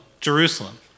Jerusalem